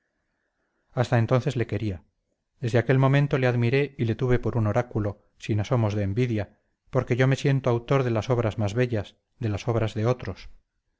hasta entonces le quería desde aquel momento le admiré y le tuve por un oráculo sin asomos de envidia porque yo me siento autor de las obras más bellas de las obras de otros